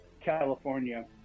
california